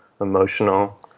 emotional